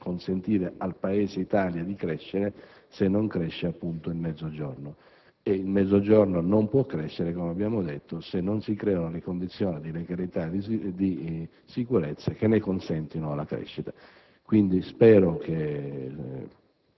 consentire al Paese Italia di crescere, se non cresce, appunto, il Mezzogiorno e quest'ultimo non può crescere, come abbiamo detto, se non si creano le condizioni di legalità e di sicurezza che ne consentano la crescita. Spero